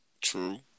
True